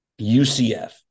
UCF